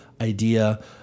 idea